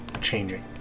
changing